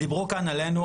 דיברו כאן עלינו,